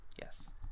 Yes